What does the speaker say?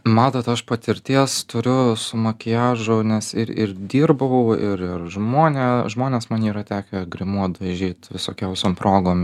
matot aš patirties turiu su makiažu nes ir ir dirbau ir ir žmonė žmones man yra tekę grimuot dažyt visokiausiom progom